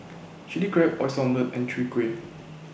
Chilli Crab Oyster and Chwee Kueh